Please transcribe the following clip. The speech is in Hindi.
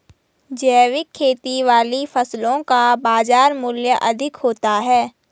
जैविक खेती वाली फसलों का बाजार मूल्य अधिक होता है